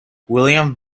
william